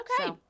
Okay